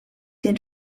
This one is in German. den